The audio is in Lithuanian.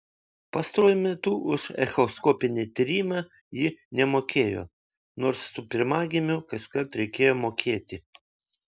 pastaruoju metu už echoskopinį tyrimą ji nemokėjo nors su pirmagimiu kaskart reikėjo mokėti